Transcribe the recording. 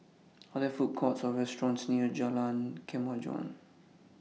Are There Food Courts Or restaurants near Jalan Kemajuan